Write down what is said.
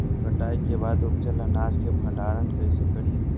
कटाई के बाद उपजल अनाज के भंडारण कइसे करियई?